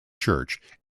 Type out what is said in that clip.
church